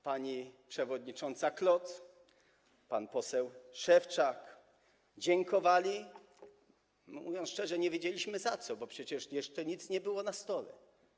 Pani przewodnicząca Kloc, pan poseł Szewczak dziękowali, ale mówiąc szczerze, nie wiedzieliśmy za co, bo przecież jeszcze nic nie było na stole.